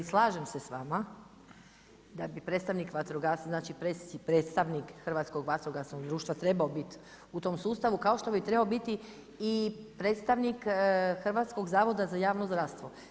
Slažem se s vama da bi predstavnik vatrogasaca, znači predstavnik Hrvatskog vatrogasnog društva trebao biti u tom sustavu kao što bi trebao biti i predstavnik Hrvatskog zavoda za javno zdravstvo.